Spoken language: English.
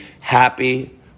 happy